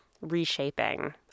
reshaping